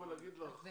להגיד לך,